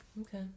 Okay